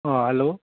অঁ হেল্ল'